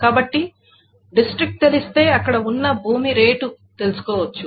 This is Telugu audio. కాబట్టి డిస్ట్రిక్ట్ తెలిస్తే అక్కడ ఉన్న భూమి రేటు తెలుసుకోవచ్చు